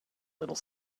little